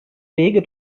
wege